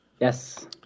Yes